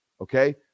Okay